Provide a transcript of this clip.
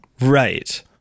Right